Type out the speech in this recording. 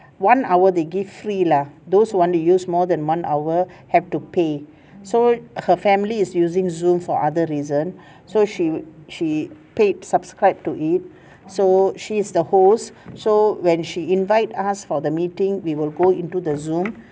one hour they give free lah those who want to use more than one hour have to pay so her family is using zoom for other reason so she she paid subscribe to it so she's the host so when she invite us for the meeting we will go into the zoom